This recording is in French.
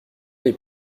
les